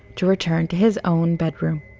to return to his own bedroom.